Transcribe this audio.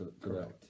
Correct